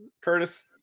Curtis